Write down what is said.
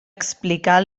explicar